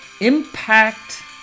Impact